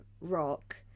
rock